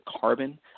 carbon –